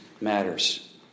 matters